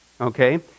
Okay